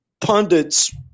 pundits